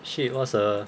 she was a